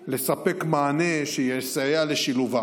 לספק מענה שיסייע בשילובם.